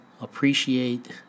appreciate